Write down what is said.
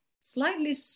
slightly